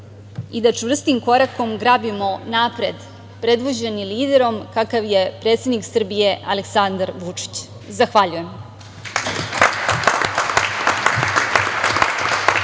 i da čvrstim korakom grabimo napred predvođenim liderom kakav je predsednik Srbije, Aleksandar Vučić. Zahvaljujem.